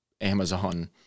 Amazon